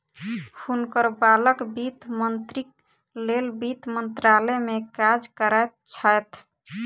हुनकर बालक वित्त मंत्रीक लेल वित्त मंत्रालय में काज करैत छैथ